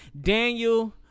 Daniel